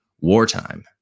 Wartime